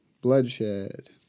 bloodshed